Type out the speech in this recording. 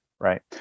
Right